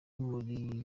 muri